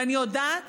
ואני יודעת